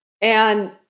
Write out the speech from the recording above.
And-